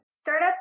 Startup